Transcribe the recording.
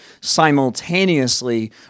simultaneously